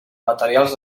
materials